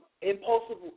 Impulsive